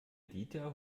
dieter